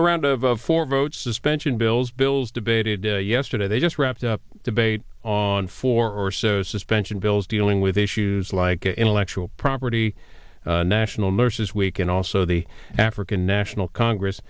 around of four votes suspension bills bills debated yesterday they just wrapped up debate on four or so suspension bills dealing with issues like intellectual property national nurse's week and also the african national congress